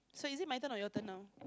so is it my turn or your turn now